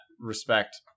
respect